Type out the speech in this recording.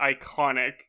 iconic